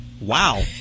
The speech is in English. Wow